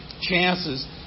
chances